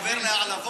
אתה עובר להעלבות?